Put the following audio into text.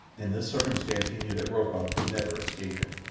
in this circumstance he knew that rokoff could never escape him.